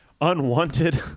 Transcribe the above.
unwanted